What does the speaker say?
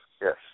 Yes